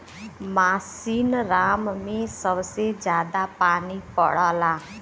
मासिनराम में सबसे जादा पानी पड़ला